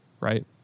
Right